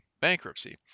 bankruptcy